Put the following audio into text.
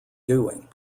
doing